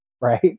right